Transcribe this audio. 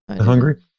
Hungry